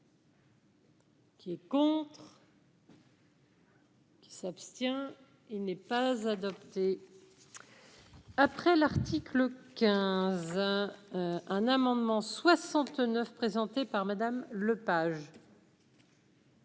Qui est con. Qui s'abstient, il n'est pas adopté. Après l'article 15 un amendement 69 présenté par Madame Lepage.